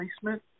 placement